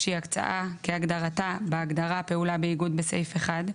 שהיא הקצאה כהגדרתה בהגדרה "פעולה באיגוד" בסעיף 1,